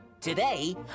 Today